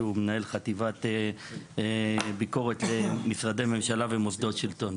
הוא מנהל חטיבת ביקורת למשרדי ממשלה ומוסדות שלטון.